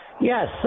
Yes